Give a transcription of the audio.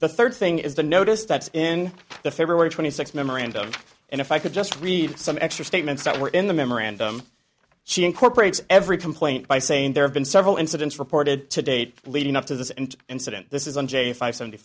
the third thing is the notice that in the february twenty sixth memorandum and if i could just read some extra statements that were in the memorandum she incorporates every complaint by saying there have been several incidents reported to date leading up to this and incident this isn't j five